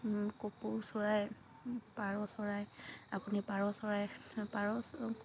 কপৌ চৰাই পাৰ চৰাই আপুনি পাৰ চৰাই পাৰ